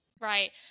Right